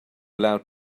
allowed